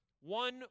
One